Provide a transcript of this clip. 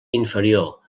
inferior